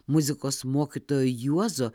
muzikos mokytojo juozo